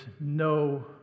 no